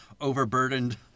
overburdened